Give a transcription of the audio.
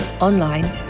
online